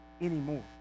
anymore